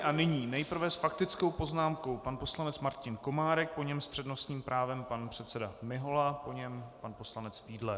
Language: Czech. A nyní nejprve s faktickou poznámkou pan poslanec Martin Komárek, po něm s přednostním právem pan předseda Mihola, po něm pan poslanec Fiedler.